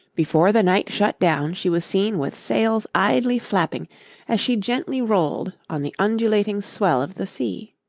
before the night shut down she was seen with sails idly flapping as she gently rolled on the undulating swell of the sea,